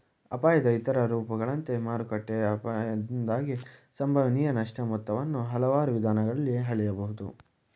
ಅಪಾಯದ ಇತರ ರೂಪಗಳಂತೆ ಮಾರುಕಟ್ಟೆ ಅಪಾಯದಿಂದಾಗಿ ಸಂಭವನೀಯ ನಷ್ಟ ಮೊತ್ತವನ್ನ ಹಲವಾರು ವಿಧಾನಗಳಲ್ಲಿ ಹಳೆಯಬಹುದು